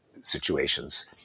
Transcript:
Situations